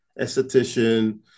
esthetician